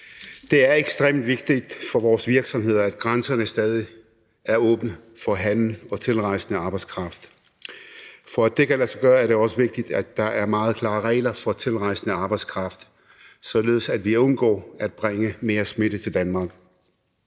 Det er ekstremt vigtigt for vores virksomheder, at grænserne stadig er åbne for handel og tilrejsende arbejdskraft. For at det kan lade sig gøre, er det også vigtigt, at der er meget klare regler for tilrejsende arbejdskraft, således at vi undgår at bringe mere smitte til Danmark.